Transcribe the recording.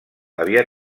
havia